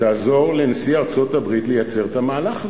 תעזור לנשיא ארצות-הברית לייצר את המהלך הזה.